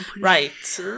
Right